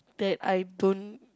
that I don't